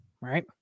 right